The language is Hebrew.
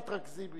תתרכזי.